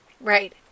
Right